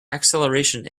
acceleration